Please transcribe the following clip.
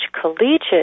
collegiate